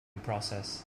process